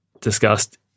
discussed